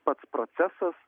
pats procesas